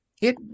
It